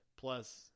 plus